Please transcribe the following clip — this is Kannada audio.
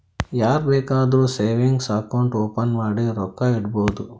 ಯಾರ್ ಬೇಕಾದ್ರೂ ಸೇವಿಂಗ್ಸ್ ಅಕೌಂಟ್ ಓಪನ್ ಮಾಡಿ ರೊಕ್ಕಾ ಇಡ್ಬೋದು